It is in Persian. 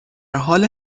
حال